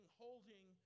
holding